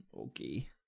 Okay